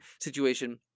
situation